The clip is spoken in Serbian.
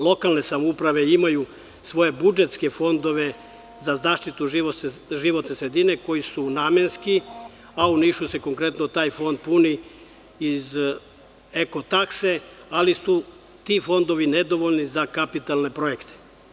Lokalne samouprave imaju svoje budžetske fondove za zaštitu životne sredine koji su namenski, a u Nišu se konkretno taj fond puni iz eko takse, ali su ti fondovi nedovoljni za kapitalne projekte.